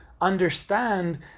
understand